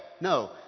No